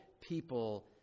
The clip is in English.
people